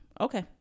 Okay